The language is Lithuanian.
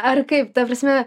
ar kaip ta prasme